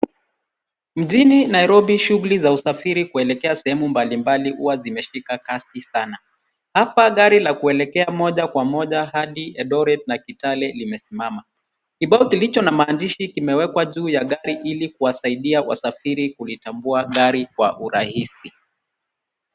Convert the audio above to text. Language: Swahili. Mjini Nairobi shughuli za usafiri kuelekea sehemu mbali mbali huwa zimeshika Kasi sana. Hapa gari la kuelekea moja kwa moja hadi Eldoret na Kitale limesimama. Kibao kilicho na maandishi kimewekwa juu ya gari ili kuwasaidia wasafiri kulitambua gari kwa urahisi.